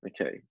Okay